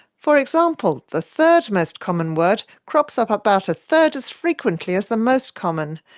for example, the third most common word crops up about a third as frequently as the most common.